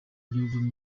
bivamo